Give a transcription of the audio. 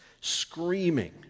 screaming